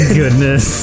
goodness